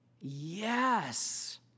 Yes